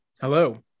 Hello